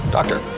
Doctor